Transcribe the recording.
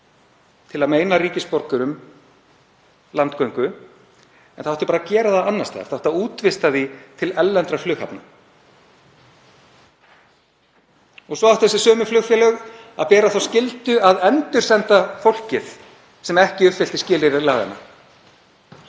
til að meina ríkisborgurum landgöngu, en það átti bara að gera það annars staðar. Það átti að útvista því til erlendra flughafna. Og svo áttu þessi sömu flugfélög að bera þá skyldu að endursenda fólkið sem ekki uppfyllti skilyrði laganna.